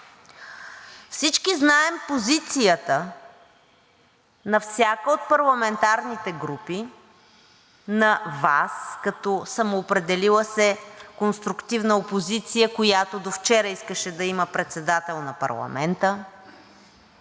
Всички знаем позицията на всяка от парламентарните групи и на Вас като самоопределила се конструктивна опозиция, която довчера искаше да има председател на парламента.